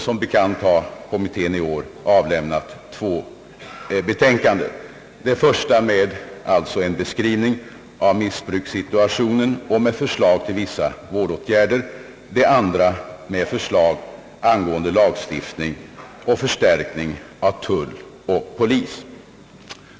Som bekant har kommittén i år avlämnat två betänkanden — det första med en beskrivning av missbrukssituationen och med förslag till vissa vårdåtgärder, det andra med förslag angående lagstiftning och förstärkning av tull och polis.